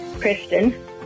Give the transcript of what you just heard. Kristen